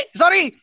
sorry